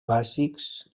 bàsics